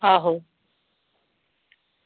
आहो